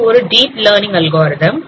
இது ஒரு deep learning algorithm